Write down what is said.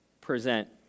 present